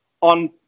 on